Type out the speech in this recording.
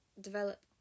develop